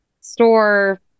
store